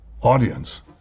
audience